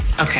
Okay